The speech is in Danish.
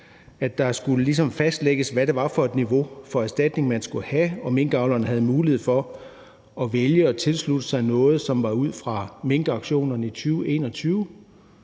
at det skulle fastsættes, hvad det var for et niveau for erstatning, man skulle have, og minkavlerne havde mulighed for at vælge at tilslutte sig noget, som var beregnet ud fra minkauktionerne i 2021,